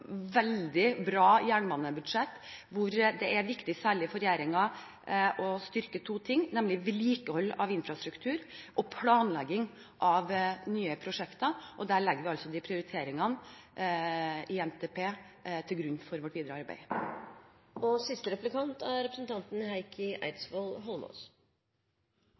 veldig forunderlig. Nå har vi et veldig bra jernbanebudsjett, hvor det er særlig viktig for regjeringen å styrke to ting, nemlig vedlikehold av infrastruktur og planlegging av nye prosjekter, og der legger vi prioriteringene i NTP til grunn for vårt videre arbeid.